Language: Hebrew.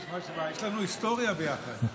יש לנו היסטוריה ביחד.